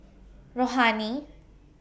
Rohani